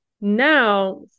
Now